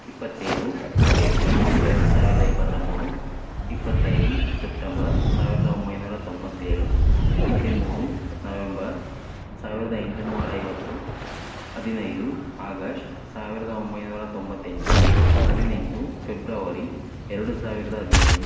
ಇಪ್ಪತ್ತೇಳು ಏಪ್ರಿಲ್ ಎರಡು ಸಾವಿರದ ಇಪ್ಪತ್ತ ಮೂರು ಇಪ್ಪತ್ತೈದು ಸೆಪ್ಟೆಂಬರ್ ಸಾವಿರದ ಒಂಬೈನೂರ ತೊಂಬತ್ತೇಳು ಹದಿಮೂರು ನವೆಂಬರ್ ಸಾವಿರದ ಎಂಟುನೂರ ಐವತ್ತು ಹದಿನೈದು ಆಗಸ್ಟ್ ಸಾವಿರದ ಒಂಬೈನೂರ ತೊಂಬತ್ತೆಂಟು ಹದಿನೆಂಟು ಫೆಬ್ರವರಿ ಎರಡು ಸಾವಿರದ ಹದಿನೇಳು